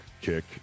kick